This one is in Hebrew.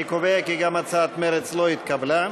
אני קובע כי גם הצעת מרצ לא התקבלה.